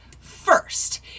first